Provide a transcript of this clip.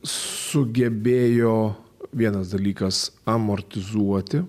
sugebėjo vienas dalykas amortizuoti